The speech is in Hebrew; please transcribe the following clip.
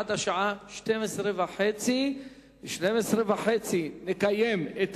עד השעה 12:30. בשעה 12:30 נקיים את